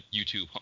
YouTube